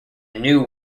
new